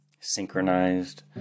synchronized